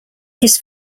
his